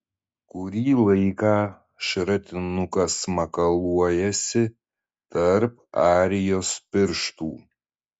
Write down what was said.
kurį laiką šratinukas makaluojasi tarp arijos pirštų